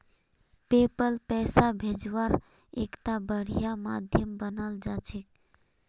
PayPal पैसा भेजवार एकता बढ़िया माध्यम मानाल जा छेक